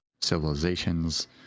civilizations